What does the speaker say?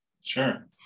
Sure